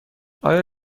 آیا